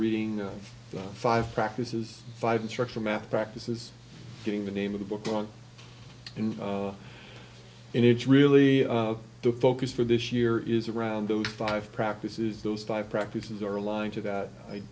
reading five practices five instruction math practices getting the name of the book on and and it's really the focus for this year is around those five practices those five practices are aligned to that i